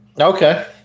Okay